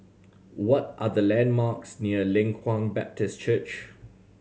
what are the landmarks near Leng Kwang Baptist Church